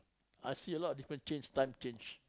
I see a lot of different change time change